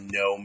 no